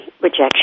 rejection